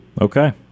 Okay